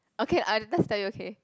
okay uh just tell you okay